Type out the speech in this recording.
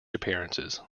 appearances